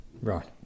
Right